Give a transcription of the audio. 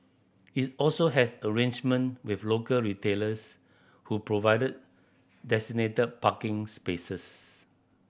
is also has arrangement with local retailers who provided designated parking spaces